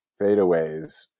fadeaways